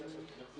אני ניסחתי.